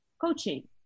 coaching